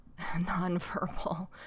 nonverbal